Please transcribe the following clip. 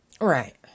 Right